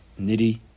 Nitty